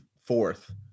fourth